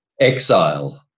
exile